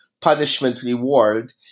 punishment-reward